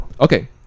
Okay